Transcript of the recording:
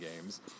games